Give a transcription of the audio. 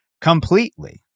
completely